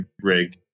rig